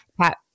Pat